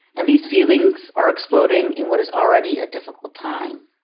and these feelings are exploding in what is already a difficult time.